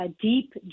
deep